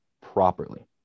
properly